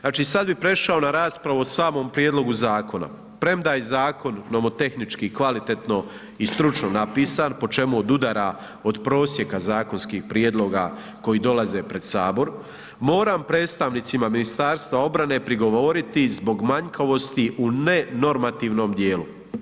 Znači sad bi prešao na raspravu o samom prijedlogu zakona premda je zakon nomotehnički kvalitetno i stručno napisan po čemu odudara od prosjeka zakonskih prijedloga koji dolaze pred Sabor, moram predstavnicima Ministarstva obrane prigovoriti zbog manjkavosti u ne normativnom djelu.